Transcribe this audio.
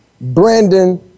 Brandon